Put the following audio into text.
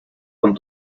con